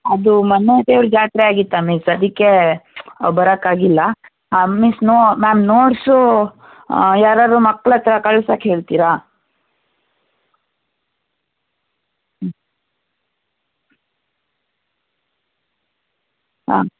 ಅದು ಮನೆ ದೇವರು ಜಾತ್ರೆ ಆಗಿತ್ತ ಮಿಸ್ ಅದಕ್ಕೆ ಅವ ಬರಕ್ಕಾಗಿಲ್ಲ ಮಿಸ್ ನೋ ಮ್ಯಾಮ್ ನೋಟ್ಸು ಯಾರಾದರೂ ಮಕ್ಕಳತ್ರ ಕಳ್ಸಕ್ಕೆ ಹೇಳ್ತೀರಾ ಹಾಂ